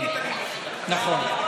נכון.